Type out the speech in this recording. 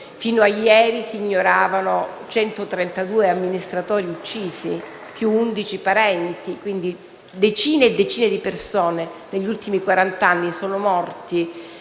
fino a ieri, si ignoravano 132 amministratori uccisi, più 11 parenti, ossia decine e decine di persone che negli ultimi quarant'anni sono morte